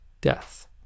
death